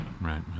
right